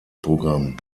programm